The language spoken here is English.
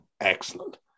excellent